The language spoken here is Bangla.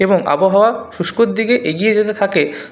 এবং আবহাওয়া শুষ্কর দিকে এগিয়ে যেতে থাকে